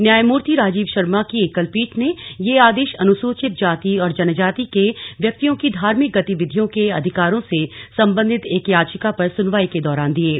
न्यायमुर्ति राजीव शर्मा की एकलपीठ ने ये आदेश अनुसूचित जाति और जनजाति के व्यक्तियों की धार्मिक गतिविधियों के अधिकारों से संबंधित एक याचिका पर सुनवाई के दौरान दिये